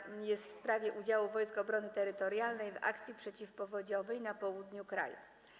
Jest to pytanie w sprawie udziału Wojsk Obrony Terytorialnej w akcji przeciwpowodziowej na południu kraju.